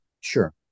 sure